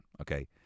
okay